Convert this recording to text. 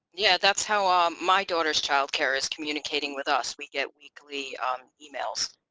yeah that's how um my daughter's childcare is communicating with us we get weekly um emails.